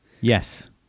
yes